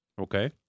Okay